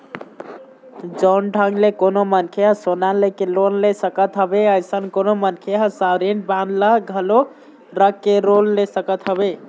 जउन ढंग ले कोनो मनखे ह सोना लेके लोन ले सकत हवय अइसन कोनो मनखे ह सॉवरेन बांड ल घलोक रख के लोन ले सकत हवय